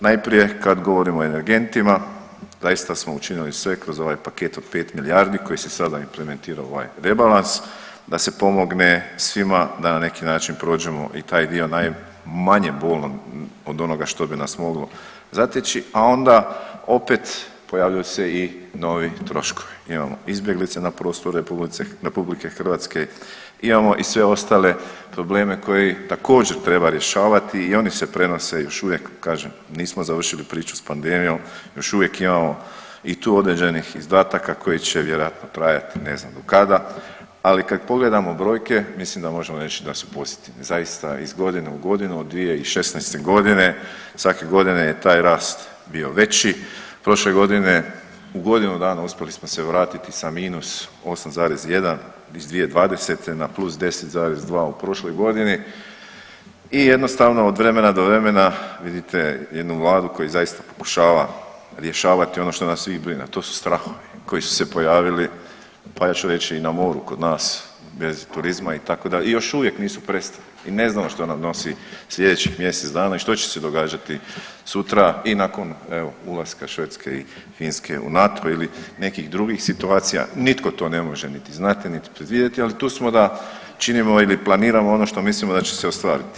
Najprije kad govorimo o energentima zaista smo učinili sve kroz ovaj paket od 5 milijardi koji se sada implementira u ovaj rebalans da se pomogne svima da na neki način prođemo i taj dio najmanje bolan od onoga što bi nas moglo zateći, a onda opet pojavljuju se i novi troškovi, imamo izbjeglice na prostoru RH, imamo i sve ostale probleme koji također treba rješavati i oni se prenose još uvijek, kažem nismo završili priču s pandemijom, još uvijek imamo i tu određenih izdataka koji će vjerojatno trajati ne znam do kada, ali kad pogledamo brojke mislim da možemo reći da su pozitivne, zaista iz godine u godinu od 2016.g. svake godine je taj rast bio veći, prošle godine u godinu dana uspjeli smo se vratiti sa -8,1 iz 2020. na +10,2 u prošloj godini i jednostavno od vremena do vremena vidite jednu vladu koja zaista pokušava rješavati ono što nas svih brine, a to su strahovi koji su se pojavili, pa ja ću reći i na moru kod nas bez turizma itd. i još uvijek nisu prestali i ne znamo što nam nosi slijedećih mjesec dana i što će se događati sutra i nakon evo ulaske Švedske i Finske u NATO ili nekih drugih situacija, nitko to ne može niti znati niti predvidjeti, ali tu smo da činimo ili planiramo ono što mislimo da će se ostvariti.